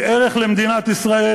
היא ערך למדינת ישראל.